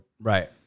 Right